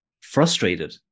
frustrated